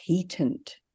patent